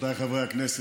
רבותיי חברי הכנסת,